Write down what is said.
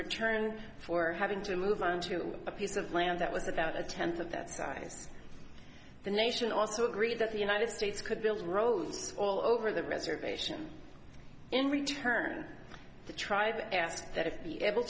return for having to move on to a piece of land that was about a tenth of that size the nation also agreed that the united states could build roads all over the reservation in return the tribe asked that if be able